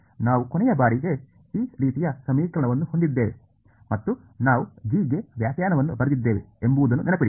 ನಾವು ಕೊನೆಯ ಬಾರಿಗೆ ಈ ರೀತಿಯ ಸಮೀಕರಣವನ್ನು ಹೊಂದಿದ್ದೇವೆ ಮತ್ತು ನಾವು g ಗೆ ವ್ಯಾಖ್ಯಾನವನ್ನು ಬರೆದಿದ್ದೇವೆ ಎಂಬುದನ್ನು ನೆನಪಿಡಿ